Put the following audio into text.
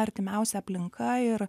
artimiausia aplinka ir